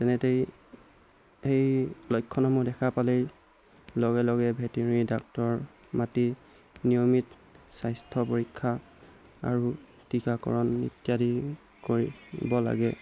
তেনেতেই সেই লক্ষণসমূহ দেখা পালেই লগে লগে ভেটেনেৰি ডাক্টৰ মাটি নিয়মিত স্বাস্থ্য পৰীক্ষা আৰু টীকাকৰণ ইত্যাদি কৰিব লাগে